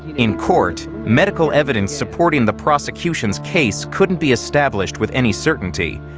in court, medical evidence supporting the prosecution's case couldn't be established with any certainty.